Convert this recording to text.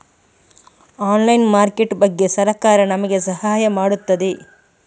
Online market ಬಗ್ಗೆ ಸರಕಾರ ನಮಗೆ ಸಹಾಯ ಮಾಡುತ್ತದೆ?